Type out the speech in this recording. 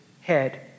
head